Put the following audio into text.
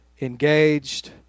engaged